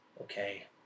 Okay